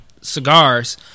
cigars